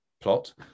plot